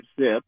zip